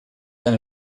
eine